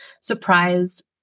surprised